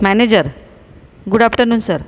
manager good afternoon sir